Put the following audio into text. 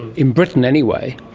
in britain anyway,